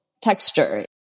texture